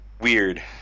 weird